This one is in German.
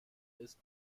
ist